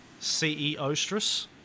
CEO-stress